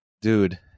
Dude